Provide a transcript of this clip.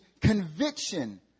conviction